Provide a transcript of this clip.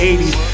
80s